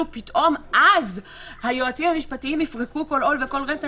פתאום אז היועצים המשפטיים יפרקו כל עול וכל רסן